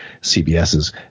CBS's